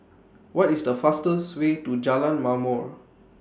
What IS The fastest Way to Jalan Ma'mor